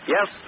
Yes